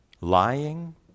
lying